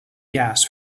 gas